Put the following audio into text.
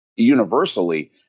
Universally